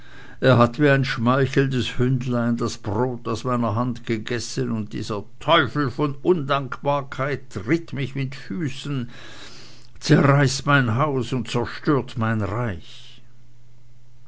er hat wie ein schmeichelndes hündlein das brot aus meiner hand gegessen und mich mit füßen zerreißt mein haus und zerstört mein reich